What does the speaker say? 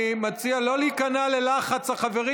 אני מציע לא להיכנע ללחץ החברים.